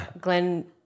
Glenn